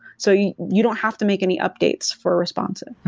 so you you don't have to make any updates for responsive.